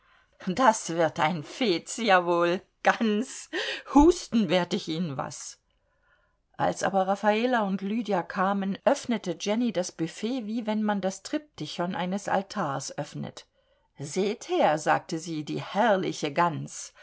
das wird ein fez jawohl gans husten werd ich ihnen was als aber raffala und lydia kamen öffnete jenny das büfett wie man das triptychon eines altars öffnet seht her sagte sie die herrliche gans